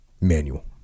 manual